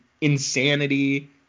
insanity